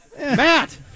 Matt